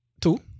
Two